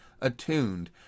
attuned